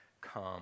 come